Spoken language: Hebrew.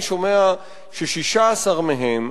אני שומע ש-16 מהם,